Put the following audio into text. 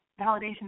validation